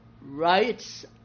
rights